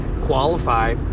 qualify